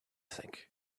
think